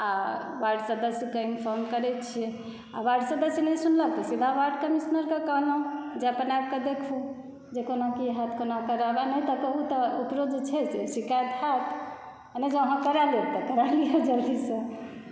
आओर वार्ड सदस्यकेँ इन्फौर्म करै छिए आओर वार्ड सदस्य जँ नहि सुनलक तँ वार्ड कमिश्नरकेँ कहलहुँ जे अपन आबिकऽ देखू जे कोना की हैत कोना करब आओर नहि तँ कहू तऽ उपरो जे छै से शिकायत हैत आओर नहि जँ अहाँ करा लेब तँ करा लिअ जल्दीसँ